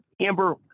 Amber